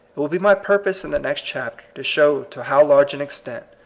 it will be my purpose in the next chapter to show to how large an extent,